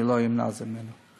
לא אמנע את זה ממנו,